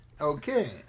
Okay